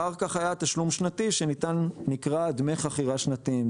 אחר כך היה תשלום שנתי, שנקרא דמי חכירה שנתיים.